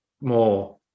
more